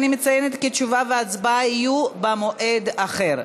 כי תשובה והצבעה יהיו במועד אחר.